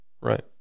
Right